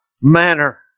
manner